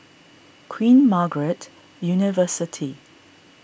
Queen Margaret University